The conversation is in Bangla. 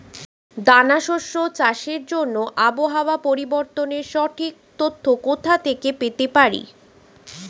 দানা শস্য চাষের জন্য আবহাওয়া পরিবর্তনের সঠিক তথ্য কোথা থেকে পেতে পারি?